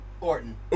Orton